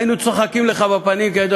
היינו צוחקים לך בפנים: כאילו,